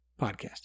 podcast